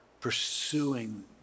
pursuing